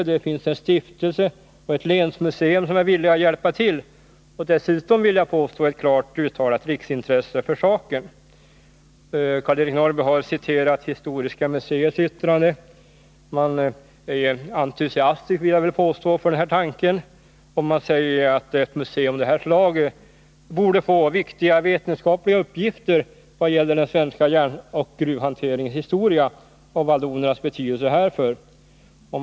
Det finns en stiftelse och ett länsmuseum som är villiga att hjälpa till. Dessutom finns det ett klart uttalat riksintresse för saken. Karl-Eric Norrby citerade ur Historiska museets yttrande. Jag vill påstå att man där är entusiastisk för denna tanke. Man säger att ett museum av detta slag borde få viktiga vetenskapliga uppgifter vad gäller den svenska järnoch gruvhanteringens historia och vallonernas betydelse härför.